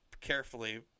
carefully